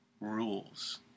rules